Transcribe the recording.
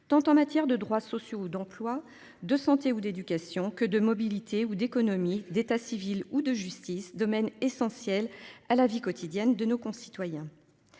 tant en matière de droits sociaux d'emploi, de santé ou d'éducation que de mobilité ou d'économie d'état civil ou de justice domaines essentiels à la vie quotidienne de nos concitoyens.